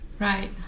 right